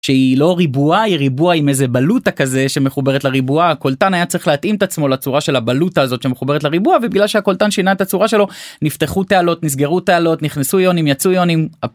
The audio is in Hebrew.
שהיא לא ריבוע, היא ריבוע עם איזה בלוטה כזה שמחוברת לריבוע. הקולטן היה צריך להתאים את עצמו לצורה של הבלוטה הזאת שמחוברת לריבוע ובגלל שהקולטן שינה את הצורה שלו נפתחו תעלות, נסגרו תעלות, נכנסו יונים, יצאו יונים.